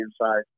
inside